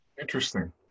Interesting